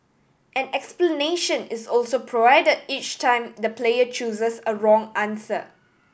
an explanation is also provided each time the player chooses a wrong answer